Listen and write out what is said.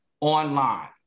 online